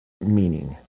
meaning